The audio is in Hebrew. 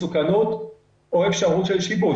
מסוכנות או אפשרות של שיבוש.